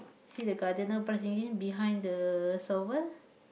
see the gardener brush in green behind the shovel